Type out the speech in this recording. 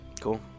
Cool